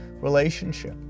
relationship